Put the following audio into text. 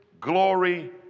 glory